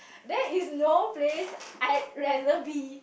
there is no place I rather be